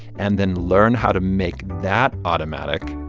and then learn how to make that automatic.